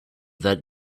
that